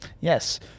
Yes